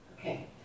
Okay